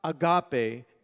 agape